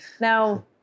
Now